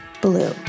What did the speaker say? Blue